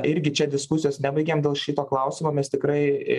irgi čia diskusijos nebaigėm dėl šito klausimo mes tikrai